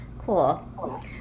cool